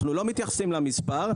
אנחנו לא מתייחסים למספר,